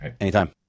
Anytime